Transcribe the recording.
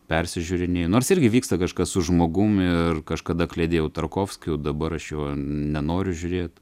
persižiurinėji nors irgi vyksta kažkas su žmogum ir kažkada kliedėjau tarkovskiu dabar aš jo nenoriu žiūrėt